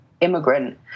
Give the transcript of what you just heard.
immigrant